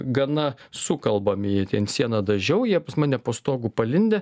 gana sukalbami jie ten sieną dažiau jie pas mane po stogu palindę